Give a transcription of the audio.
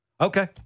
Okay